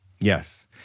Yes